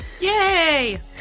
Yay